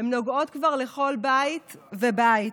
הן נוגעות כבר לכל בית ובית.